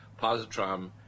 positron